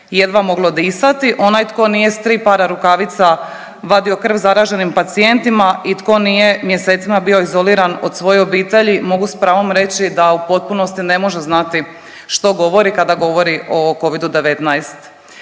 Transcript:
jedva moglo disati, onaj tko nije s tri para rukavica vadio krv zaraženim pacijentima i tko nije mjesecima bio izoliran od svoje obitelji mogu s pravom reći da u potpunosti ne može znati što govori kada govori o covidu-19.